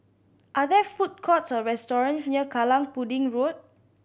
are there food courts or restaurants near Kallang Pudding Road